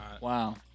wow